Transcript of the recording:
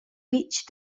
vitg